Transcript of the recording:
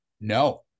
no